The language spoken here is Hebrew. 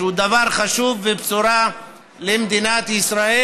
שהוא דבר חשוב ובשורה למדינת ישראל,